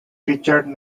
richard